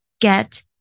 get